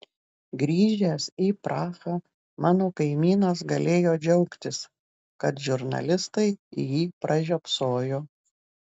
grįžęs į prahą mano kaimynas galėjo džiaugtis kad žurnalistai jį pražiopsojo